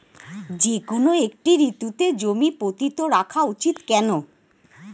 যেকোনো একটি ঋতুতে জমি পতিত রাখা উচিৎ কেন?